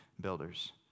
builders